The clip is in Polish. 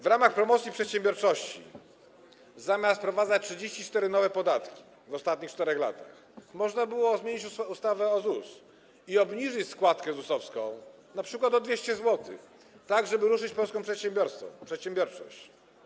W ramach promocji przedsiębiorczości, zamiast wprowadzać 34 nowe podatki w ostatnich 4 latach, można było zmienić ustawę o ZUS i obniżyć składkę ZUS-owską np. o 200 zł, tak żeby ruszyć polską przedsiębiorczość.